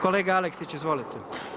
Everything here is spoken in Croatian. Kolega Aleksić, izvolite.